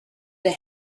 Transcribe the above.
the